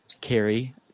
Carrie